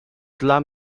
dla